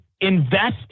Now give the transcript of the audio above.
invest